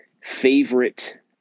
favorite